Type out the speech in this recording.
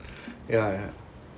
ya ya